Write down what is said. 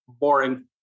boring